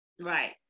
Right